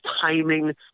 timing